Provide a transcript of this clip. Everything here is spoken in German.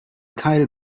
keil